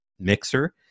mixer